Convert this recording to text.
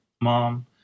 mom